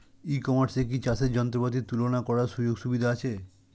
ই কমার্সে কি চাষের যন্ত্রপাতি তুলনা করার সুযোগ সুবিধা আছে?